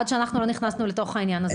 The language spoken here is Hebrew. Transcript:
עד שאנחנו לא נכנסנו לתוך העניין הזה,